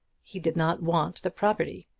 he did not want the property.